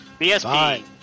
BSP